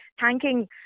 thanking